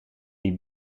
die